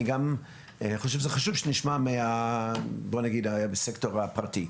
אני חושב שחשוב שנשמע מהסקטור הפרטי.